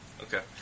Okay